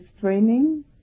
training